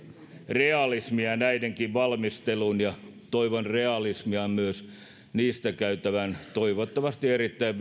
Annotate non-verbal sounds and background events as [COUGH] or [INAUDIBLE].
realismia niidenkin valmisteluun ja toivon realismia myös niistä käytävään toivottavasti erittäin [UNINTELLIGIBLE]